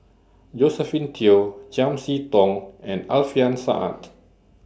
Josephine Teo Chiam See Tong and Alfian Sa'at